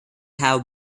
have